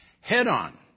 head-on